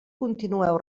continueu